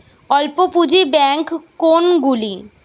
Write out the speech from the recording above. অল্প পুঁজি ব্যাঙ্ক কোনগুলি?